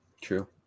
True